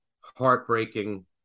heartbreaking